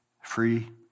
free